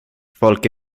folk